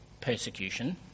persecution